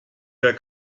wer